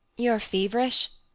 you are feverish.